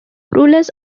rulers